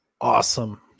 awesome